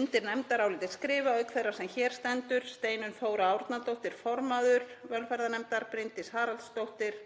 Undir nefndarálitið skrifa, auk þeirrar sem hér stendur, hv. þingmenn Steinunn Þóra Árnadóttir, formaður velferðarnefndar, Bryndís Haraldsdóttir,